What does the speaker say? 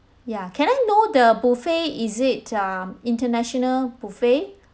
ya can I know the buffet is it um international buffet